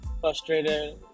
frustrated